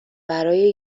برای